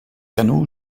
canot